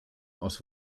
aus